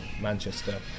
Manchester